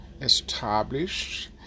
established